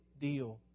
deal